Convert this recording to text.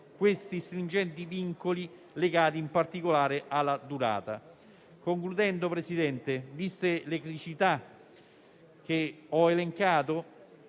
gli stringenti vincoli legati in particolare alla durata. In conclusione, signor Presidente, viste le criticità che ho elencato,